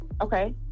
Okay